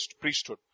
priesthood